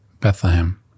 Bethlehem